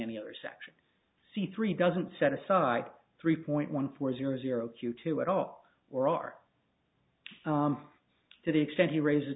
any other section c three doesn't set aside three point one four zero zero q two at all or are to the extent he raises